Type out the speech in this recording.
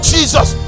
Jesus